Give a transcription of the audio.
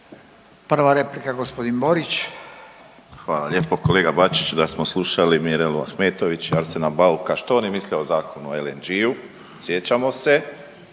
**Borić, Josip (HDZ)** Hvala lijepo. Kolega Bačić, da smo slušali Mirelu Ahmetović i Arsena Bauka što oni misle o Zakonu o LNG-u, sjećamo se,